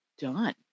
Done